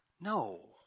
No